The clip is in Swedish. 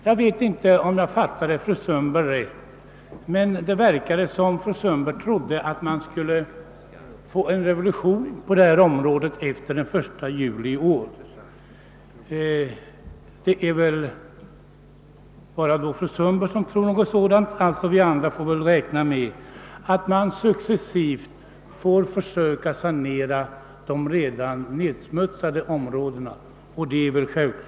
Jag vet inte om jag fattade fru Sund berg rätt, men det verkade som om hon trodde på en revolution på miljövårdens område fr.o.m. den 1 juli i år. Man måste nog räkna med att sanering av redan nedsmutsade områden kommer att ta sin: tid.